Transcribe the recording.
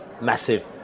massive